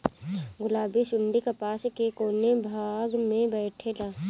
गुलाबी सुंडी कपास के कौने भाग में बैठे ला?